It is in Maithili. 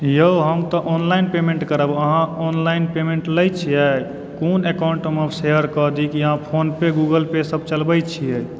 यौ हम तऽ ऑनलाइन पेमेन्ट करब अहाँ ऑनलाइन पेमेन्ट लैत छियै कोन एकाउंटमऽ शेयर कऽ दी कि अहाँ फोनपे गूगलपे सभ चलबैत छियै